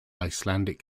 icelandic